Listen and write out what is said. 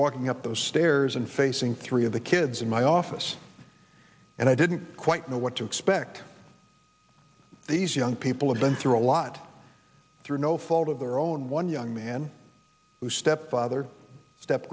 walking up those stairs and facing three of the kids in my office and i didn't quite know what to expect these young people have been through a lot through no fault of their own one young man who step father step